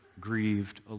grieved